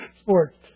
sports